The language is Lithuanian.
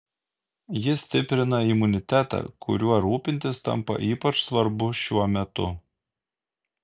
ji stiprina imunitetą kuriuo rūpintis tampa ypač svarbu šiuo metu